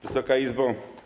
Wysoka Izbo!